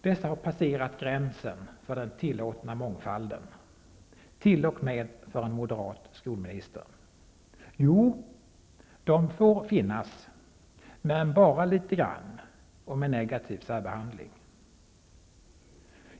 Dessa har passerat gränsen för den tillåtna mångfalden -- t.o.m. för en moderat skolminister. Jo, de får finnas -- men bara litet grand, och med negativ särbehandling.